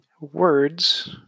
Words